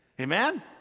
amen